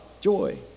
joy